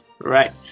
right